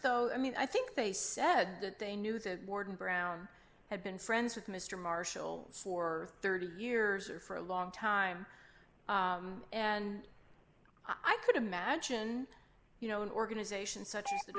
so i mean i think they said that they knew that warden brown had been friends with mr marshall for thirty years or for a long time and i could imagine you know an organization such